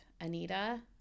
anita